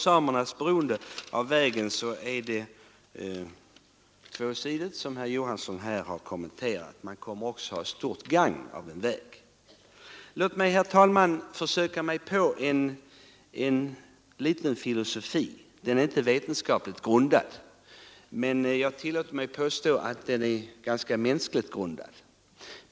Samernas beroende av vägen är tvåsidigt, som herr Johansson i Holmgården har understrukit. De kommer också att ha stort gagn av en väg. Låt mig, herr talman, försöka mig på ett litet filosofiskt resonemang — det är inte vetenskapligt grundat, men jag tillåter mig påstå att det är ganska mänskligt grundat.